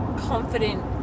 confident